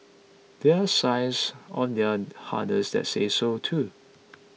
there signs on their harness that say so too